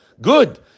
Good